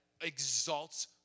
exalts